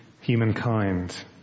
humankind